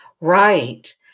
Right